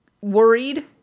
worried